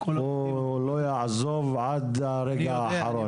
הוא לא יעזוב עד לסיום הישיבה.